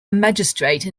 magistrate